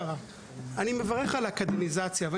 אני מברך על האקדמיזציה, אבל